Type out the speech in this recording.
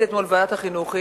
היית אתמול בוועדת החינוך,